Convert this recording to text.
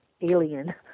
alien